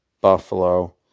Buffalo